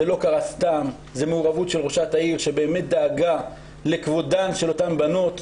זה לא קרה סתם אלא זאת מעורבות של ראשת העיר שדאגה לכבודן של אותן בנות.